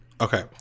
Okay